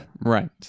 Right